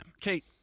Kate